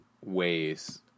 ways